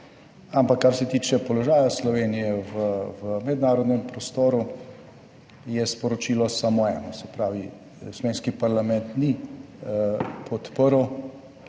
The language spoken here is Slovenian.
ampak kar se tiče položaja Slovenije v mednarodnem prostoru, je sporočilo samo eno. Se pravi, slovenski parlament ni podprl